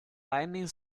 lightning